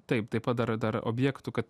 taip tai padarai dar objektu kad